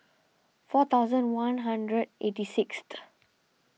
four thousand one hundred eighty sixth